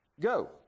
Go